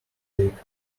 take